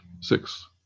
six